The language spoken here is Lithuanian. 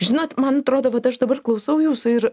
žinot man atrodo kad aš dabar klausau jūsų ir